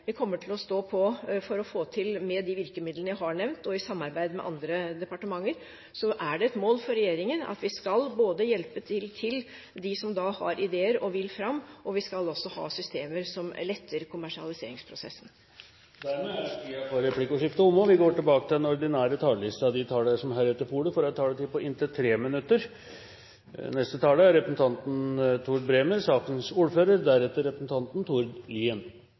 Vi kommer til å stå på for å få til mer med de virkemidlene jeg har nevnt, og i samarbeid med andre departementer. Det er et mål for regjeringen at vi skal gi hjelp til dem som har ideer og vil fram, og vi skal ha systemer som letter kommersialiseringsprosessen. Replikkordskiftet er omme. De talere som heretter får ordet, har en taletid på inntil 3 minutter. Etter berre tre timar med søvn på grunn av hosting burde eg ha brukt tida på